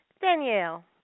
Danielle